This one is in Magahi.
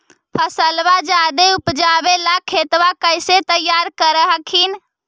फसलबा ज्यादा उपजाबे ला खेतबा कैसे तैयार कर हखिन?